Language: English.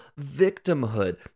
victimhood